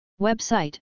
Website